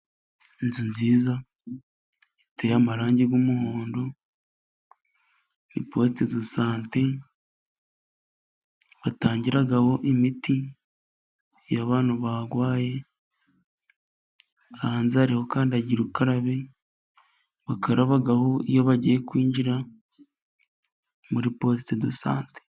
Inzu nziza, iteye amarangi y'umuhondo ni posite do sate batangiraho imiti iyo abantu barwaye, hanze hariho kandagira ukarabe bakarabaho iyo bagiye kwinjira muri posite do sate.